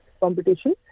competition